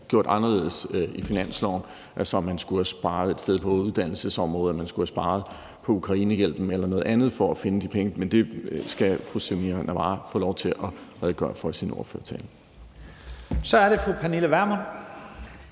gjort anderledes i finanslovsforslaget, altså om man skulle have sparet et sted på uddannelsesområdet, eller om man skulle have sparet på Ukrainehjælpen eller noget andet for at finde de penge. Men det skal fru Samira Nawa få lov til at redegøre for i sin ordførertale.